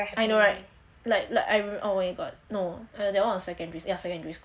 I know right like like oh my god no and that [one] was secondary ya secondary school